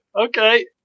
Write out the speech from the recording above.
okay